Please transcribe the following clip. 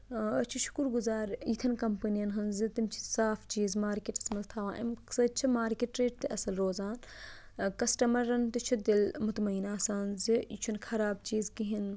أسۍ چھِ شُکُر گُزار یِتھین کَمپٔنِٮ۪ن ہُنٛد زِ تِم چھِ صاف چیٖز مارکیٹس منٛز تھاوان اَمہِ سۭتۍ چھےٚ مارکیٹ ریٹ تہِ اِصٕل روزان کَسٹمرَن تہِ چھُ دِل مُطمین آسان زِ یہِ چھُ نہٕ خراب چیٖز کِہینۍ